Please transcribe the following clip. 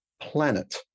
planet